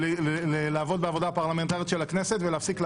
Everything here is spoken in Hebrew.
לעבוד בעבודה הפרלמנטרית של הכנסת ותפסיקו